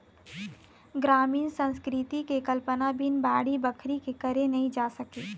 गरामीन संस्कृति के कल्पना बिन बाड़ी बखरी के करे नइ जा सके